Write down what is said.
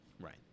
right